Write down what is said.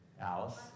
Alice